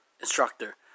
Instructor